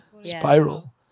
spiral